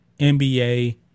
NBA